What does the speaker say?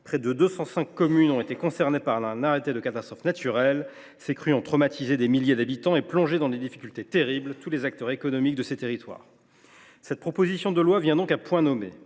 Près de 205 communes ont été concernées par un arrêté de catastrophe naturelle. Ces crues ont traumatisé des milliers d’habitants et plongé dans des difficultés terribles tous les acteurs économiques de ces territoires. Cette proposition de loi vient donc à point nommé.